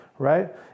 right